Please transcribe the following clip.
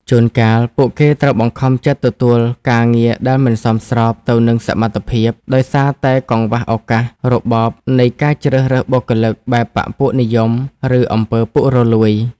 ជួនកាល ពួកគេត្រូវបង្ខំចិត្តទទួលការងារដែលមិនសមស្របទៅនឹងសមត្ថភាព ដោយសារតែកង្វះឱកាស របបនៃការជ្រើសរើសបុគ្គលិកបែបបក្ខពួកនិយម ឬអំពើពុករលួយ។